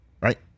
right